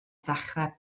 ddechrau